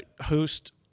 Host